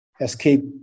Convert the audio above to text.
escape